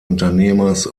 unternehmers